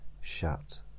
shut